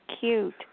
cute